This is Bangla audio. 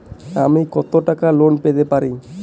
আমি কত টাকা লোন পেতে পারি?